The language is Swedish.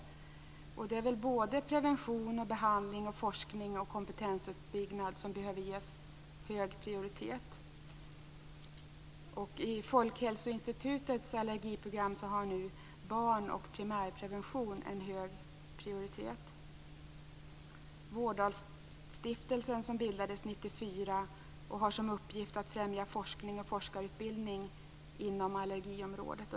Såväl prevention som behandling, forskning och kompetensuppbyggnad behöver ges hög prioritet. I Allergiprogrammet inom Folkhälsoinstitutet ges barn och primärprevention hög prioritet. Vårdalstiftelsen, som bildades 1994, har som uppgift att främja forskning och forskarutbildning inom allergiområdet.